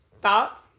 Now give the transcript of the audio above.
Thoughts